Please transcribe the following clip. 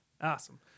Awesome